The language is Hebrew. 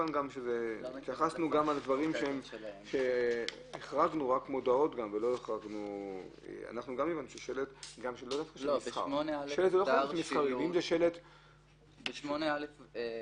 ב-8(א)